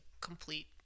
complete